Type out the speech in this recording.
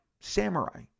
samurai